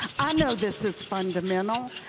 i know this is fundamental.